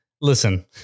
listen